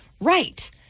right